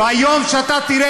ובמדינת ישראל גם אתה חי,